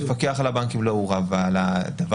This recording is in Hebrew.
המפקח על הבנקים לא מעורב בזה.